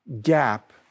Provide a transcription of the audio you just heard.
gap